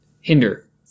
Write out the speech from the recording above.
hinder